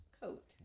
coat